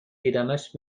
دیدمش